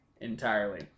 entirely